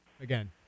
again